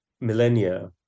millennia